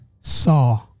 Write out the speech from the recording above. saw